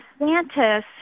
DeSantis